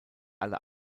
alle